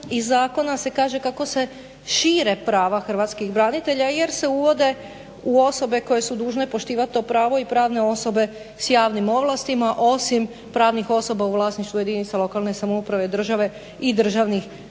iz zakona se kaže kako se šire prava hrvatskih branitelja, jer se uvode u osobe koje su dužne poštivat to pravo i pravne osobe sa javnim ovlastima osim pravnih osoba u vlasništvu jedinica lokalne samouprave, države i državnih tijela.